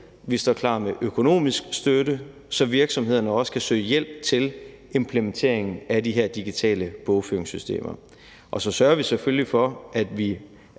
vi står klar med økonomisk støtte, så virksomhederne også kan søge hjælp til implementeringen af de her digitale bogføringssystemer. Og så sørger vi selvfølgelig for, at vi